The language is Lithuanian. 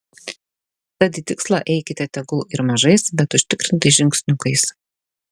tad į tikslą eikite tegul ir mažais bet užtikrintais žingsniukais